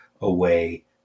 away